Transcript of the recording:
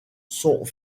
sont